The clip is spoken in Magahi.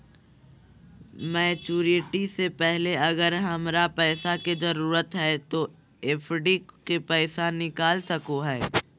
मैच्यूरिटी से पहले अगर हमरा पैसा के जरूरत है तो एफडी के पैसा निकल सको है?